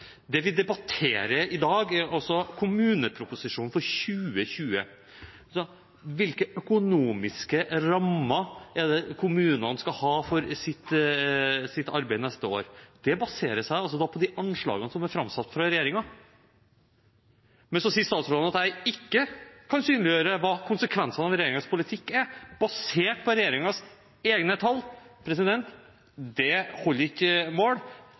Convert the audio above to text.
Det vi debatterer i dag, er altså kommuneproposisjonen for 2020. Hvilke økonomiske rammer kommunene skal ha for sitt arbeid neste år, baserer seg på de anslagene som er framsatt av regjeringen. Men så sier statsråden at jeg ikke kan synliggjøre hva konsekvensene av regjeringens politikk er, basert på regjeringens egne tall. Det holder ikke mål.